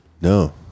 No